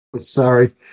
Sorry